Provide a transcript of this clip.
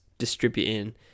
distributing